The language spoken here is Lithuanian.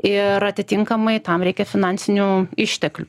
ir atitinkamai tam reikia finansinių išteklių